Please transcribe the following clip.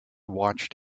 watched